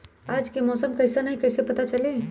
आज के मौसम कईसन हैं कईसे पता चली?